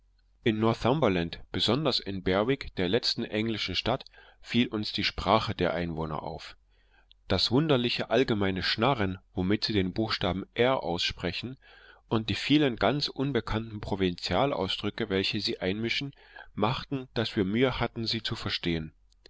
in northumberland besonders in berwick der letzten englischen stadt fiel uns die sprache der einwohner auf das wunderliche allgemeine schnarren womit sie den buchstaben r aussprechen und die vielen ganz unbekannten provinzialausdrücke welche sie einmischen machten daß wir mühe hatten sie zu verstehen